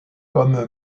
comme